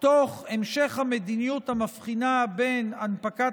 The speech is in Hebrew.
תוך המשך המדיניות המבחינה בין הנפקת